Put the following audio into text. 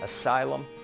asylum